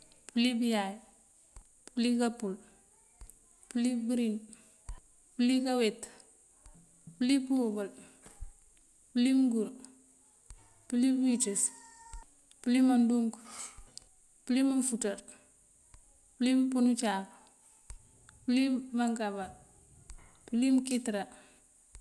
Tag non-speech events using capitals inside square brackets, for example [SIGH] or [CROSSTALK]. Pёlí biyáay, pёlí kapύul pёlí pibёrid, pёlí kaweet, pёlí pёwёbёl, pёlí mёngur, pёlí bёwiţёs, [NOISE] pёlí mandúunk, pёlí manfuţar, pёlí pёpёn ucáak, pёlí mangámbar, pёlí mёnkitёrá.